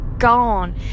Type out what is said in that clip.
gone